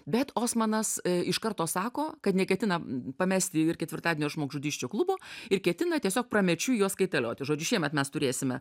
bet osmanas iš karto sako kad neketina pamesti ir ketvirtadienio žmogžudysčių klubo ir ketina tiesiog pramečiui juos kaitalioti žodžiu šiemet mes turėsime